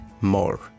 more